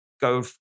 go